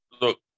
Look